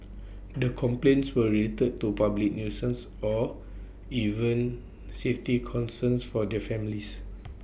the complaints were related to public nuisance or even safety concerns for their families